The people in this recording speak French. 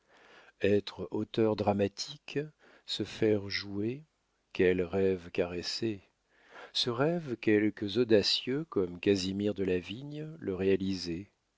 être auteur dramatique se faire jouer quel rêve caressé ce rêve quelques audacieux comme casimir delavigne le réalisaient